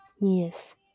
Yes